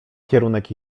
kierunek